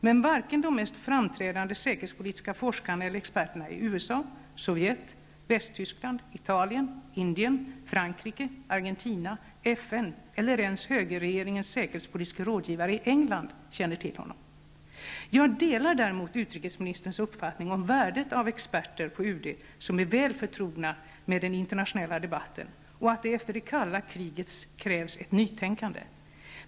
Men varken de mest framträdande säkerhetspolitiska forskarna eller experterna i USA, Sovjet, Västtyskland, Italien, Indien, Frankrike, Argentina, FN eller ens högerregeringens säkerhetspolitiske rådgivare i England känner till honom. Jag delar däremot utrikesministerns uppfattning om värdet av experter på UD som är väl förtrogna med den internationella debatten och att det efter det kalla kriget krävs ett nytänkande.